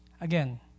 again